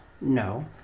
no